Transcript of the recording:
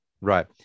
right